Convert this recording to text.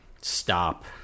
stop